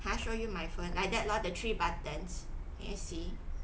can I show you my phone like that lor the three buttons okay see